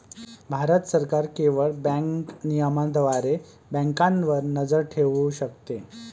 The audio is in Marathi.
भारत सरकार केवळ बँक नियमनाद्वारे बँकांवर नजर ठेवू शकते